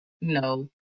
No